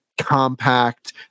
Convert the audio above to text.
compact